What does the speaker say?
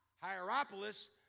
Hierapolis